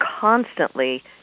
constantly